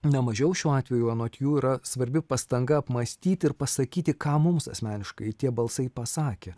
nemažiau šiuo atveju anot jų yra svarbi pastanga apmąstyti ir pasakyti ką mums asmeniškai tie balsai pasakė